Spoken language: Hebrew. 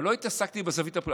אבל לא התעסקתי בזווית הפוליטית.